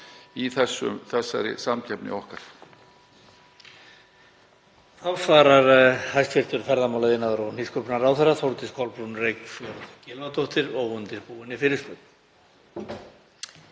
í þessari samkeppni okkar.